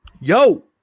Yo